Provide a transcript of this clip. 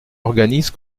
organisent